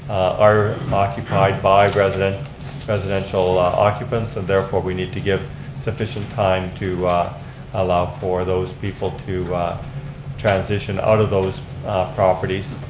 are occupied by residential residential occupants, and therefore we need to give sufficient time to allow for those people to transition out of those properties.